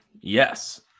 Yes